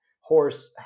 horse